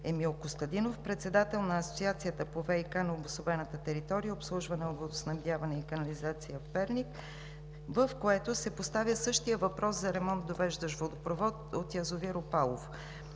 Емил Костадинов – председател на асоциацията по ВиК на обособената територия и обслужване от „Водоснабдяване и канализация“ – Перник, в което се поставя същият въпрос за ремонт, довеждащ водопровод от язовир „Опалово“.